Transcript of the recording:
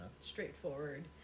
Straightforward